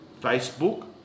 Facebook